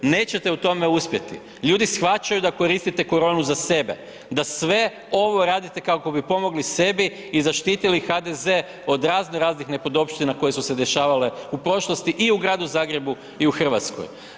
Nećete u tome uspjeti, ljudi shvaćaju da koristite koronu za sebe, da sve ovo radite kako bi pomogli sebi i zaštitili HDZ od raznoraznih nepodopština koje su se dešavale u prošlosti i u gradu Zagrebu i u Hrvatskoj.